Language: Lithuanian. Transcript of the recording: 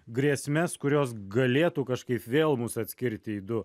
grėsmes kurios galėtų kažkaip vėl mus atskirti į du